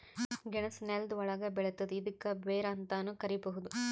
ಗೆಣಸ್ ನೆಲ್ದ ಒಳ್ಗ್ ಬೆಳಿತದ್ ಇದ್ಕ ಬೇರ್ ಅಂತಾನೂ ಕರಿಬಹುದ್